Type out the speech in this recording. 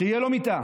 שתהיה לו מיטה.